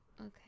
okay